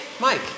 Mike